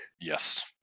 Yes